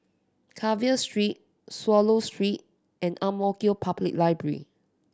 Carver Street Swallow Street and Ang Mo Kio Public Library